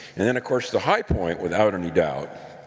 and then, of course, the high point without any doubt,